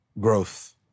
growth